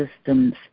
systems